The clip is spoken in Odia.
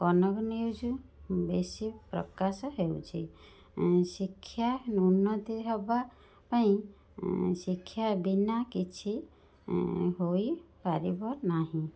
କନକ ନ୍ୟୁଜ୍ ବେଶି ପ୍ରକାଶ ହେଉଛି ଶିକ୍ଷା ଉନ୍ନତି ହେବାପାଇଁ ଶିକ୍ଷା ବିନା କିଛି ହୋଇପାରିବନାହିଁ